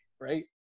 right